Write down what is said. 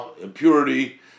impurity